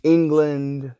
England